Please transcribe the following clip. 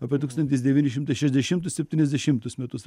apie tūkstantis devyni šimtai šešdešimtus septyniasdešimtus metus